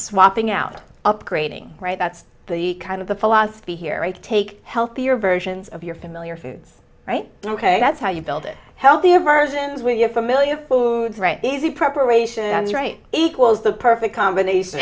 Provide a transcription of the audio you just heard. swapping out upgrading right that's the kind of the philosophy here to take healthier versions of your familiar foods right ok that's how you build it healthier versions when you're familiar foods right easy preparation right equals the perfect combination